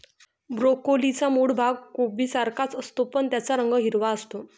ब्रोकोलीचा मूळ भाग कोबीसारखाच असतो, पण त्याचा रंग हिरवा असतो